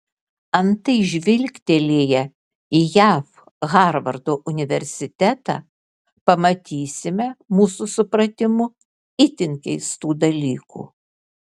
antai žvilgtelėję į jav harvardo universitetą pamatysime mūsų supratimu itin keistų dalykų